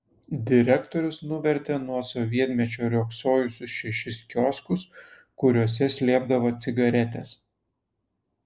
direktorius nuvertė nuo sovietmečio riogsojusius šešis kioskus kuriuose slėpdavo cigaretes